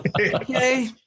Okay